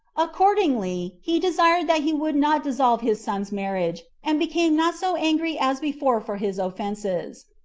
accordingly, he desired that he would not dissolve his son's marriage, and became not so angry as before for his offenses.